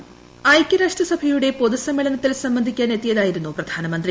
voice ഐക്യരാഷ്ട്രസഭയുടെ പൊതുസമ്മേളനത്തിൽ സംബന്ധിക്കാൻ എത്തിയതായിരുന്നു പ്രധാനമന്ത്രി